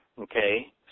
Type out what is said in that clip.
okay